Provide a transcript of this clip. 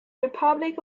republic